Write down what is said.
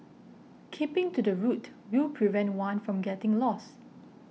keeping to the route will prevent one from getting lost